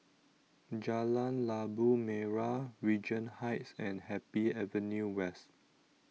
Jalan Labu Merah Regent Heights and Happy Avenue West